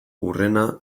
hurrena